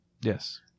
Yes